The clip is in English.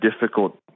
difficult